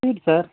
sweet sir